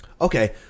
Okay